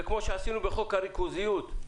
וכמו שעשינו בחוק הריכוזיות,